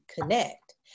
connect